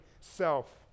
self